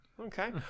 Okay